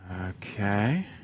Okay